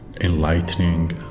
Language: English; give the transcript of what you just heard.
enlightening